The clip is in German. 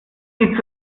sie